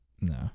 no